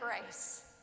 grace